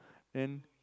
then